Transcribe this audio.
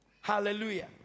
Hallelujah